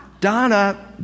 Donna